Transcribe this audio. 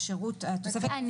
אנחנו